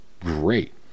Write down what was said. great